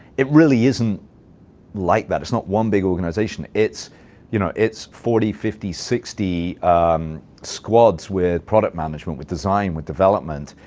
it really isn't like that. it's not one big organization. it's you know it's forty, fifty, sixty squads with product management, with design, with development.